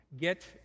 get